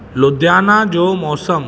लुधियाना जो मौसमु